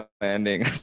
landing